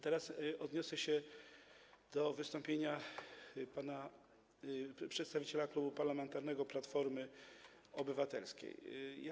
Teraz odniosę się do wystąpienia przedstawiciela Klubu Parlamentarnego Platforma Obywatelska.